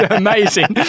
amazing